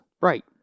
Right